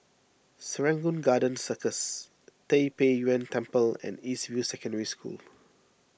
Serangoon Garden Circus Tai Pei Yuen Temple and East View Secondary School